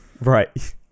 Right